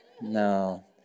no